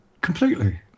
completely